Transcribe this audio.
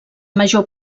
major